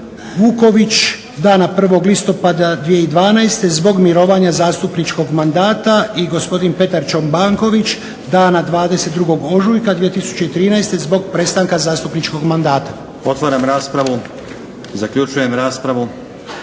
Vuković dana 1.listopada 2012.zbog mirovanja zastupničkog mandata i gospodin Petar Čobanković dana 22.ožujka 2013.zbog prestanka zastupničkog mandata. **Stazić, Nenad (SDP)** Otvaram raspravu.